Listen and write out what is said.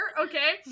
Okay